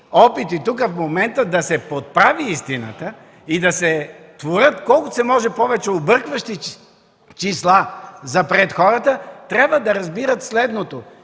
опити тук в момента да се подправи истината и да се творят колкото се може повече объркващи числа за пред хората. Те трябва да разбират следното: